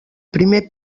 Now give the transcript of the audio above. primer